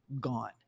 gone